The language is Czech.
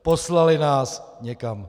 Poslali nás někam!